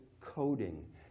coding